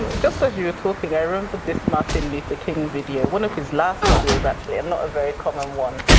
ah just as you were talking, i remembered this martin luther king video, one of his last videos, actually, and not a very common one.